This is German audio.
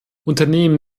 unternehmen